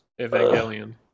Evangelion